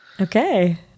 Okay